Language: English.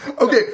Okay